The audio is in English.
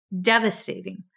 devastating